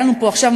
היה לנו פה משבר,